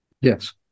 Yes